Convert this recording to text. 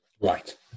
Right